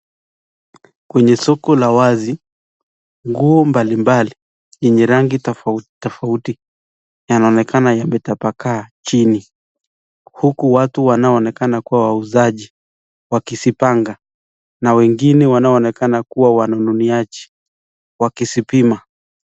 Kwenye soko la wazi, nguo mbalimbali yenye rangi tofauti tofauti yanaonekana yametapakaa chini. Huku watu wanaoonekana kuwa wauzaji, wakizipanga na wengine wanaoonekana kuwa wanunuliaji wakizipima.